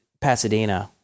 Pasadena